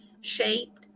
shaped